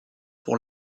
pour